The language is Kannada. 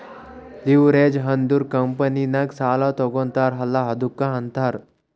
ಲಿವ್ರೇಜ್ ಅಂದುರ್ ಕಂಪನಿನಾಗ್ ಸಾಲಾ ತಗೋತಾರ್ ಅಲ್ಲಾ ಅದ್ದುಕ ಅಂತಾರ್